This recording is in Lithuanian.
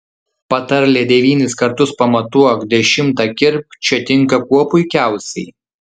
patarlė devynis kartus pamatuok dešimtą kirpk čia tinka kuo puikiausiai